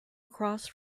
across